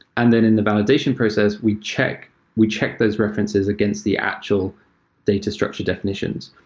and then in the validation process, we check we check those references against the actual data structure definitions.